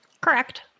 Correct